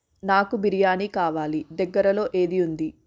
నాకు బిర్యానీ కావాలి దగ్గరలో ఏది ఉంది